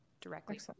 directly